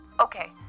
Okay